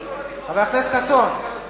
חבר הכנסת חסון.